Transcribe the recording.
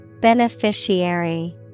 Beneficiary